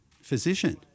physician